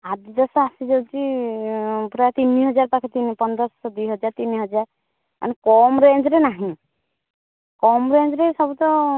Adidas ଆସିଯାଇଛି ପୁରା ତିନିହଜାର ପନ୍ଦରଶହ ଦୁଇହଜାର ତିନିହଜାର ଆଉ କମ୍ ରେଞ୍ଜରେ ନାହିଁ କମ୍ ରେଞ୍ଜରେ ସବୁ ତ